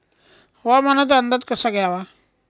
हवामानाचा अंदाज कसा घ्यावा?